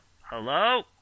Hello